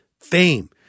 Fame